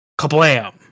kablam